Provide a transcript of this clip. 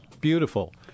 beautiful